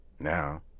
Now